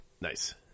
Nice